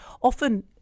Often